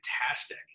fantastic